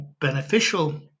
beneficial